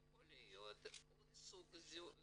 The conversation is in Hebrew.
זה יכול להיות עוד סוג של זיהוי